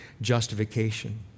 justification